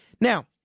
Now